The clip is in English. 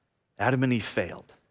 adam and eve failed,